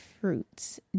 fruits